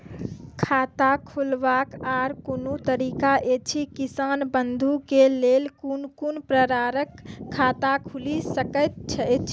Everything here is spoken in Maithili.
खाता खोलवाक आर कूनू तरीका ऐछि, किसान बंधु के लेल कून कून प्रकारक खाता खूलि सकैत ऐछि?